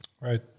right